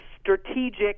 strategic